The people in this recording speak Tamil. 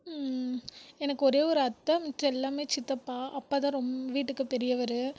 எனக்கு ஒரே ஒரு அத்தை மிச்சம் எல்லாமே சித்தப்பா அப்பாதான் ரொம் வீட்டுக்கு பெரியவர்